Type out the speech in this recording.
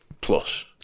Plus